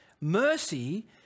mercy